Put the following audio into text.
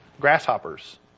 grasshoppers